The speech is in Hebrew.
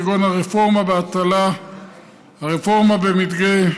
כגון הרפורמה בהטלה והרפורמה במדגה,